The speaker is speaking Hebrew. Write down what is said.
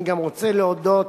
אני גם רוצה להודות